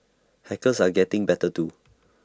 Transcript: hackers are getting better too